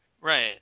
Right